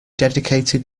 dedicated